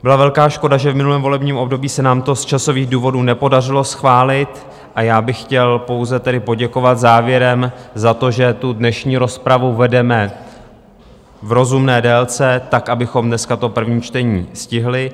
Byla velká škoda, že v minulém volebním období se nám to z časových důvodů nepodařilo schválit, a já bych chtěl pouze tedy poděkovat závěrem za to, že dnešní rozpravu vedeme v rozumné délce, tak abychom dneska to první čtení stihli.